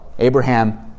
Abraham